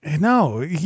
No